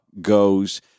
goes